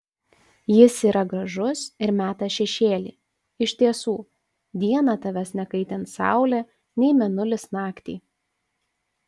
jis yra gražus ir meta šešėlį iš tiesų dieną tavęs nekaitins saulė nei mėnulis naktį